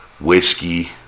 Whiskey